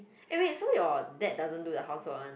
oh wait so your dad doesn't do the housework one